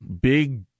big